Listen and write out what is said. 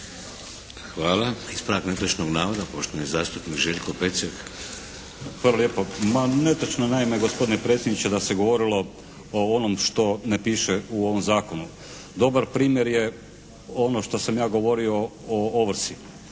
Hvala. Ispravak netočnog navod, poštovani zastupnik Željko Pecek. **Pecek, Željko (HSS)** Hvala lijepo. Ma netočno je naime gospodine predsjedniče da se govorilo o onom što ne piše u ovom Zakonu. Dobar primjer je ono što sam ja govorio o ovrsi.